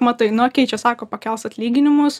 matai nu okei čia sako pakels atlyginimus